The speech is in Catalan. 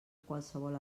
qualsevol